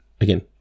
again